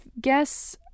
guess